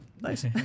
nice